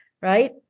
right